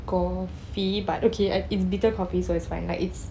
coffee but okay I it's bitter coffee so it's fine like it's